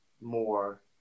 more